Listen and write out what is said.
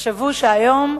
תחשבו שהיום,